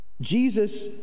Jesus